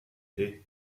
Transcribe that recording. hey